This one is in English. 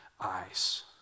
eyes